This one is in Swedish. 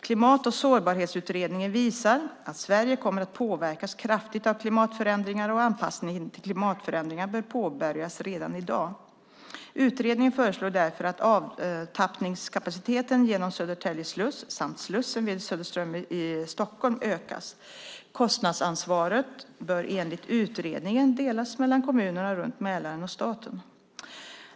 Klimat och sårbarhetsutredningen visar att Sverige kommer att påverkas kraftigt av klimatförändringarna, och anpassningen till klimatförändringarna bör påbörjas redan i dag. Utredningen föreslår därför att avtappningskapaciteten genom Södertälje sluss samt slussen vid Söderström i Stockholm ökas. Kostnadsansvaret bör enligt utredningen delas mellan kommunerna runt Mälaren och staten.